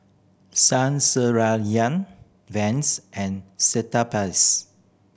Saizeriya Vans and Cetaphil